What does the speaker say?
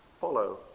follow